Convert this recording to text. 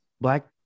Black